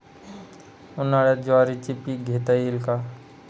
उन्हाळ्यात ज्वारीचे पीक घेता येईल का?